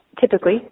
typically